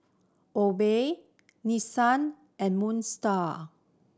Obey Nissin and Moon Star